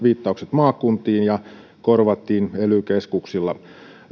viittaukset maakuntiin ja korvattiin ely keskuksilla